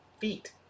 feet